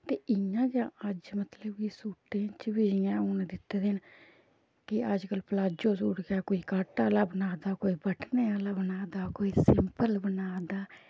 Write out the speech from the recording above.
ते इ'यां गै अज्ज मतलब कि सूटें च बी जियां हून दित्ते न कि अज्जकल प्लाजो सूट गै कोई कट आह्ला बना दा कोई बटनें आह्ला बना दा कोई सिंपल बना दा